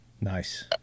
Nice